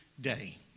day